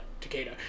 Takeda